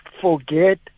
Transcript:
forget